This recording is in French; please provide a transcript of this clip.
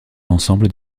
l’ensemble